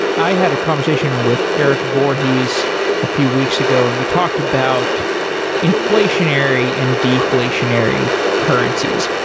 i had a conversation with erik voorhees a few weeks ago, and we talked about inflationary and deflationary currencies.